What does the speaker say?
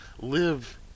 live